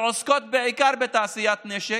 שעוסקות בעיקר בתעשיית נשק,